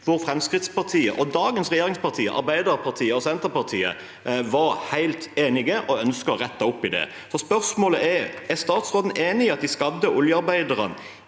i. Fremskrittspartiet og dagens regjeringspartier, Arbeiderpartiet og Senterpartiet, var helt enige og ønsket å rette opp i det. Spørsmålet er: Er statsråden enig i at de skadde oljearbeiderne